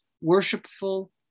worshipful